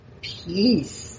Peace